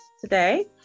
today